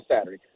Saturday